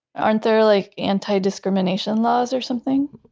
aren't there like anti-discrimination laws or something?